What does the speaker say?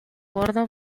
ciudades